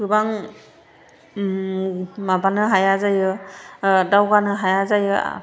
गोबां माबानो हाया जायो दावगानो हाया जायो